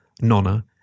Nonna